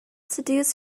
seduce